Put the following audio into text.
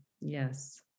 Yes